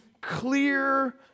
clear